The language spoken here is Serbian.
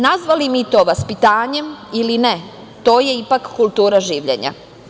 Nazvali mi to vaspitanjem ili ne, to je ipak kultura življenja.